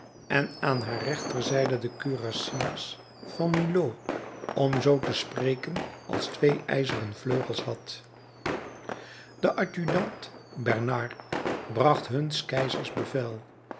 en aan haar rechtereinde de kurassiers van milhaud om zoo te spreken als twee ijzeren vleugels had de adjudant bernard bracht hun s keizers bevel